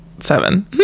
seven